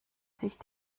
sich